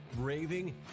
raving